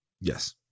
Yes